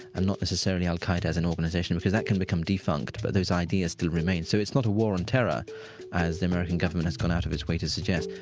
and not necessarily al-qaeda as an organization because that can become defunct, but those ideas still remain. so it's not a war on terror as the american government has gone out of its way to suggest,